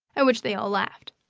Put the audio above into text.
at which they all laughed.